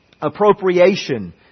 appropriation